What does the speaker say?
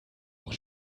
auch